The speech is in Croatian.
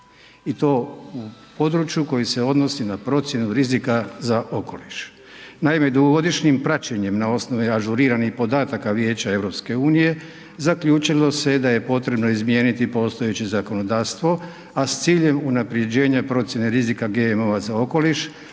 i to u području koji se odnosi na procjenu rizika za okoliš. Naime, dugogodišnjim praćenjem na osnovi ažuriranih podataka Vijeća EU zaključilo se da je potrebno izmijeniti postojeće zakonodavstvo, a s ciljem unapređenja procjene rizika GMO-a za okoliš